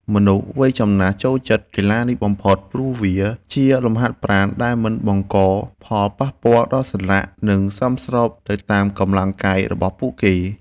មនុស្សវ័យចំណាស់ចូលចិត្តកីឡានេះបំផុត ព្រោះវាជាលំហាត់ប្រាណដែលមិនបង្កផលប៉ះពាល់ដល់សន្លាក់ និងសមស្របទៅតាមកម្លាំងកាយរបស់ពួកគាត់។